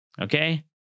Okay